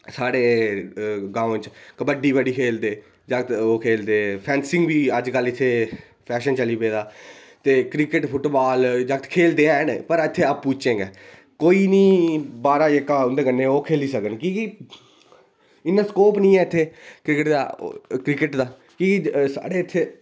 साढ़े ग्रां च कबड्डी बडी खेढै दे जागत ओह् खेढदे फेनसिग अजकल इत्थै फैशन चली पेदा ते क्रिकेट फुटबाल जागत खेढदे हैन पर इत्थै आपूं बिचें गै कोई निं बाह्रा जेह्का उं'दे कन्नै ओह् खेढी सकन कि इन्ना स्कोप नेईं ऐ इत्थै क्रिकेट दा क्रिकेट दा कि साढ़े इत्थै